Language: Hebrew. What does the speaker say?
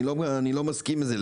אני לא מסכים לזה.